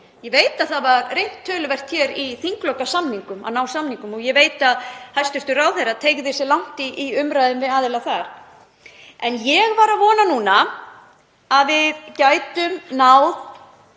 nefndinni. Það var reynt töluvert hér í þinglokasamningum að ná samningum og ég veit að hæstv. ráðherra teygði sig langt í umræðunni við aðila þar. Ég var að vona núna að við gætum náð